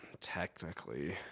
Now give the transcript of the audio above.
Technically